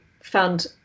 found